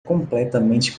completamente